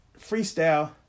freestyle